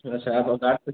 ओह अच्छा आपके गार्ड को